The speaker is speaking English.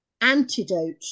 antidote